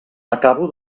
acabo